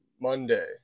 Monday